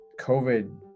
COVID